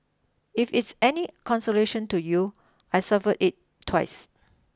if it's any consolation to you I survived it twice